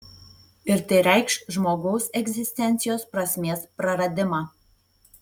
ir tai reikš žmogaus egzistencijos prasmės praradimą